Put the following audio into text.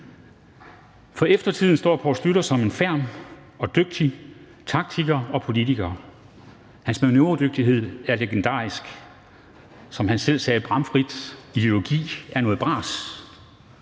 For eftertiden står Poul Schlüter som en ferm og dygtig taktiker og politiker. Hans manøvredygtighed er legendarisk. Som han selv sagde bramfrit: Ideologi er noget bras.